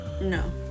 No